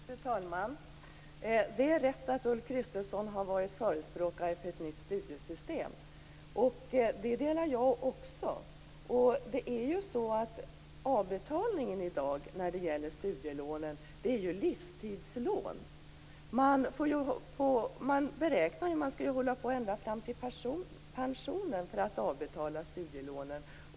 Fru talman! Det är rätt att Ulf Kristersson har varit förespråkare för ett nytt studiestödssystem. Den inställningen delar jag också. Studielånen är i dag livstidslån. Man beräknar att de studerande skall hålla på ända fram till pensionen med att avbetala studielånen.